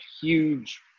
huge